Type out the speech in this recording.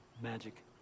magic